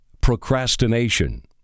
Procrastination